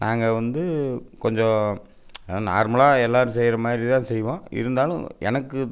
நாங்கள் வந்து கொஞ்சம் நார்மலாக எல்லாேரும் செய்கிற மாதிரி தான் செய்வோம் இருந்தாலும் எனக்கு